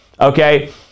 Okay